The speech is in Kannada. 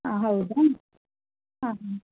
ಹಾಂ ಹೌದಾ ಹಾಂ ಹಾಂ